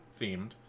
themed